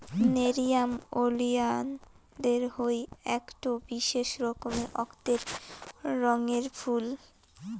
nerium oleander হই আকটো বিশেষ রকমের অক্তের রঙের ফুল